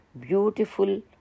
beautiful